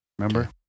Remember